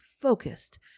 focused